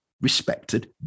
respected